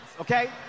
Okay